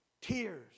Tears